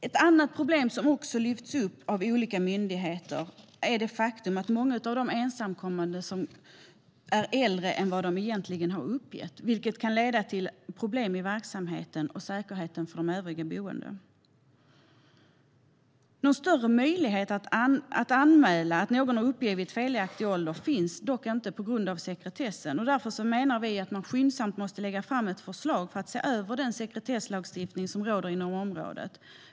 Ett annat problem som också lyfts fram av olika myndigheter är det faktum att många av de ensamkommande är äldre än vad de egentligen har uppgett, vilket kan leda till problem i verksamheten och när det gäller säkerheten för övriga boende. Någon större möjlighet att anmäla att någon har uppgett felaktig ålder finns dock inte på grund av sekretessen. Därför menar vi att man skyndsamt måste lägga fram ett förslag för att se över den sekretesslagstiftning som finns på området.